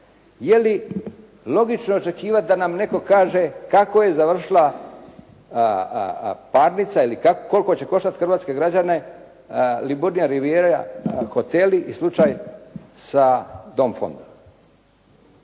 Je li logično očekivati da nam netko kaže kako je završila parnica ili koliko će koštati hrvatske građane „Liburnija Rivijera“ hoteli i slučaj sa … /Ne